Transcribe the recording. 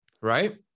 right